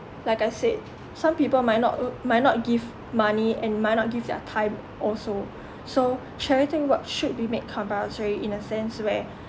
like I said some people might not err might not give money and might not give their time also so charity work should be made compulsory in a sense where